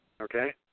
Okay